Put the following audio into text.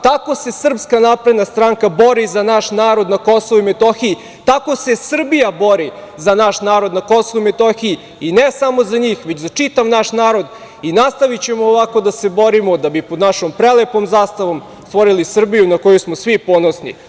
Tako se SNS bori za naš narod na Kosovu i Metohiji, tako se Srbija bori za naš narod na Kosovu i Metohiji, i ne samo za njih, već za čitav narod, i nastavićemo ovako da se borimo da bi pod našom prelepom zastavom stvorili Srbiju na koju smo svi ponosni.